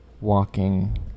walking